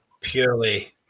purely